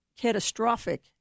catastrophic